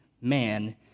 man